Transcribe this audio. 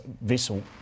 vessel